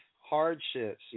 hardships